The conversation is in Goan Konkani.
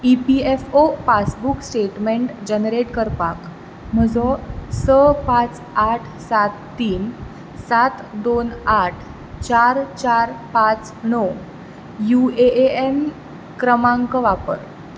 E P F O passbook statement generate करपाक म्हजो स पाच आठ सात तीन सात दोन आठ चार चार पाच णव यु ए ए एन क्रमांक वापर